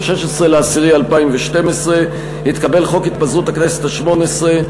16 באוקטובר 2012 התקבל חוק התפזרות הכנסת השמונה-עשרה,